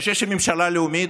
אני חושב שממשלה לאומית,